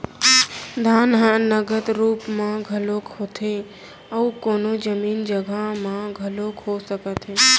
दान ह नगद रुप म घलोक होथे अउ कोनो जमीन जघा म घलोक हो सकत हे